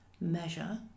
measure